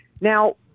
Now